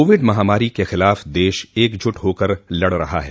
Covid महामारी के ख़िलाफ़ देश एकजुट होकर लड़ रहा है